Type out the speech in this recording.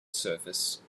surface